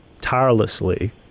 tirelessly